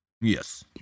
Yes